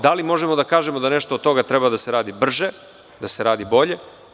Da li možemo da kažemo da nešto od toga treba da se radi brže, da se radi bolje?